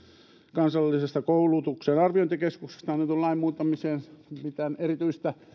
kansallisesta koulutuksen arviointikeskuksesta annetun lain muuttamiseen mitään erityistä